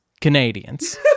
Canadians